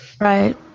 Right